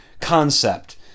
concept